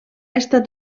estat